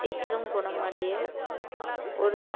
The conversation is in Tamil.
சீக்கிரம் குணமடைய ஒரு